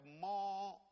more